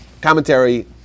commentary